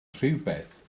rhywbeth